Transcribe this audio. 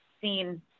seen